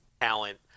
talent